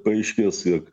paaiškės jog